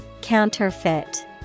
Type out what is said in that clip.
Counterfeit